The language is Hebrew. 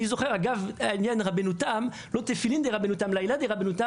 הדרך היא לראות את